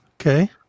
Okay